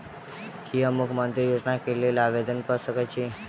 की हम मुख्यमंत्री योजना केँ लेल आवेदन कऽ सकैत छी?